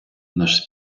наш